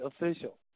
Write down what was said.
official